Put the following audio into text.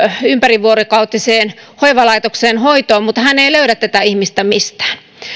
ympärivuorokautiseen hoivalaitokseen hoitoon mutta hän ei löydä tätä ihmistä mistään